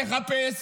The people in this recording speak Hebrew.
תחפש.